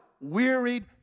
wearied